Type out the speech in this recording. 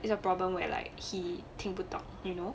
its a problem where like he 听不懂 you know